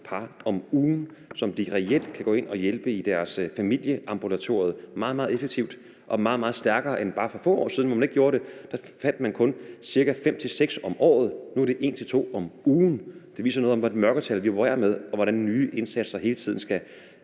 par om ugen, som de reelt kan gå ind at hjælpe i deres Familieambulatoriet – meget, meget effektivt og meget, meget stærkere end bare for få år siden, hvor man ikke gjorde det. Der fandt man kun ca. fem til seks om året. Nu er det en til to om ugen. Det viser noget om, hvad for et mørketal vi opererer med, og hvordan nye indsatser hele tiden skal